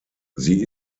sie